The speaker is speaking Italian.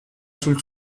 sul